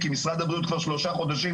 כי משרד הבריאות כבר שלושה חודשים,